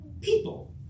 people